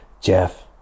Jeff